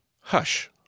hush